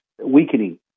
weakening